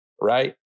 Right